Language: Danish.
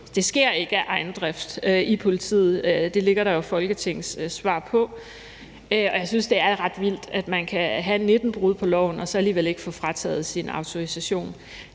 Det sker ikke af egen drift i politiet. Det ligger der jo et folketingssvar på. Jeg synes, det er ret vildt, at man kan have 19 brud på loven og så alligevel ikke få frataget sin autorisation.